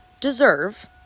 deserve